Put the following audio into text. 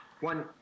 one